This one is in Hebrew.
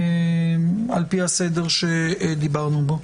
על פי הסדר שדיברנו בו.